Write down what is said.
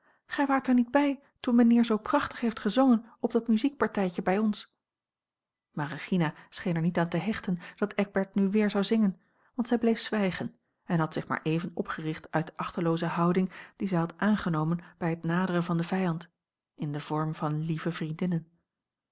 gij waart er niet bij toen mijnheer zoo prachtig heeft gezongen op dat muziekpartijtje bij ons a l g bosboom-toussaint langs een omweg maar regina scheen er niet aan te hechten dat eckbert nu weer zou zingen want zij bleef zwijgen en had zich maar even opgericht uit de achtelooze houding die zij had aangenomen bij het naderen van den vijand in den vorm van lieve vriendinnen